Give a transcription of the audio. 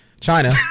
China